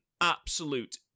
absolute